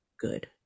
good